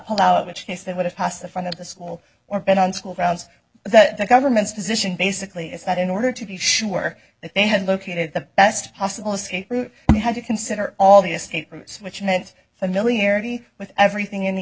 pull out which case they would have passed the front of the school or been on school grounds that the government's position basically is that in order to be sure that they had located the best possible escape route they had to consider all the escape routes which meant familiarity with everything in the